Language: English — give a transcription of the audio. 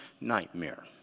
nightmare